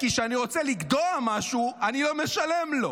כי כשאני רוצה לגדוע משהו אני לא משלם לו.